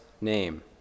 name